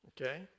Okay